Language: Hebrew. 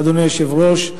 אדוני היושב-ראש,